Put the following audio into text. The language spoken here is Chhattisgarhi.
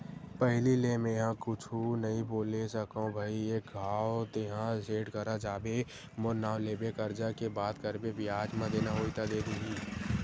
पहिली ले मेंहा कुछु नइ बोले सकव भई एक घांव तेंहा सेठ करा जाबे मोर नांव लेबे करजा के बात करबे बियाज म देना होही त दे दिही